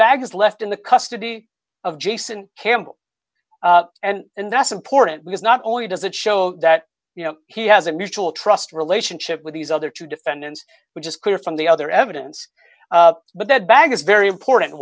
is left in the custody of jason campbell and that's important because not only does it show that you know he has a mutual trust relationship with these other two defendants which is clear from the other evidence but that bag is very important